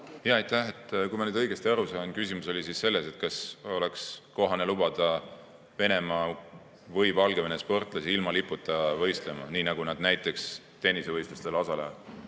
Aitäh! Kui ma nüüd õigesti aru sain, küsimus oli selles, kas oleks kohane lubada Venemaa või Valgevene sportlasi ilma liputa võistlema, nii nagu nad näiteks tennisevõistlustel osalevad.